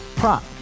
prop